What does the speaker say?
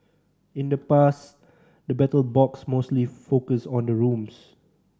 in the past the Battle Box mostly focused on the rooms